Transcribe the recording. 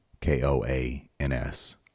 K-O-A-N-S